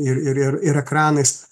ir ir ir ir ekranais